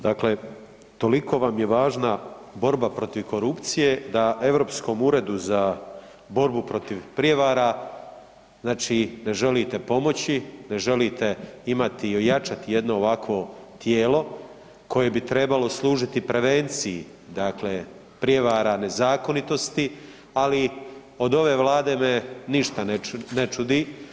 Dakle, toliko vam je važna borba protiv korupcije da Europskom uredu za borbu protiv prijevara, znači ne želite pomoći, ne želite imati i ojačati jedno ovakvo tijelo koje bi trebalo služiti prevenciji, dakle prijevara nezakonitosti, ali od ove vlade me ništa ne čudi.